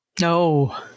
No